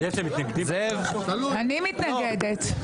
אני מתנגדת.